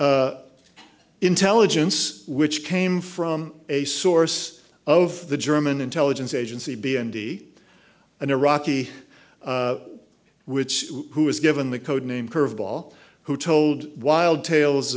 intelligence which came from a source of the german intelligence agency b m d an iraqi which who was given the code name curveball who told wild tales